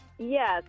Yes